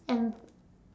um